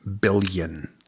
billion